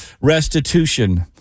restitution